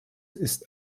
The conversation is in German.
ist